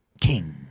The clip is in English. king